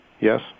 Yes